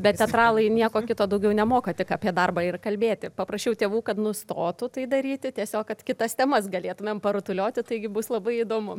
bet teatralai nieko kito daugiau nemoka tik apie darbą ir kalbėti paprašiau tėvų kad nustotų tai daryti tiesiog kad kitas temas galėtumėm parutulioti taigi bus labai įdomu